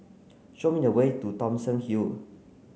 show me the way to Thomson Hill